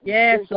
Yes